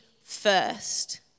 first